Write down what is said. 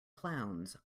clowns